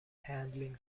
handling